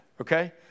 okay